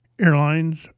airlines